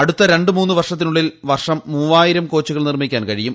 അടുത്ത രണ്ട് മൂന്ന് വർഷത്തിനുള്ളിൽ വർഷം മൂവായിരം കോച്ചുകൾ നിർമ്മിക്ക്ടൂൻ കഴിയും